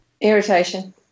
Irritation